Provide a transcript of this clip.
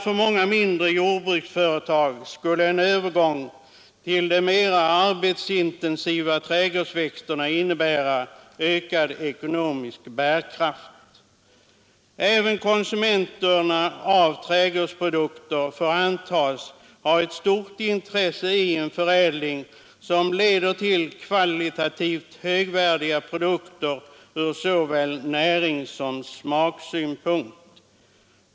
För många mindre jordbruksföretag skulle en övergång till de mera arbetsintensiva trädgårdsväxterna vidare innebära ökad ekonomisk bärkraft. Även konsumenterna av trädgårdsprodukter får antas ha ett stort intresse av en förädling som leder till kvalitativt högvärdiga produkter från såväl näringssom smaksynpunkt.